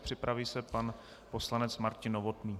Připraví se pan poslanec Martin Novotný.